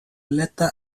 later